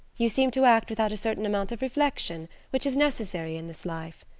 you seem to act without a certain amount of reflection which is necessary in this life.